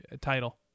title